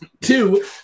Two